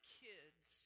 kids